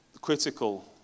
critical